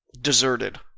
deserted